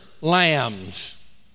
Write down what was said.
lambs